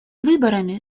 выборами